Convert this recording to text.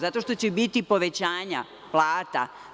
Zato što će biti povećanja plata.